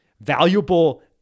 valuable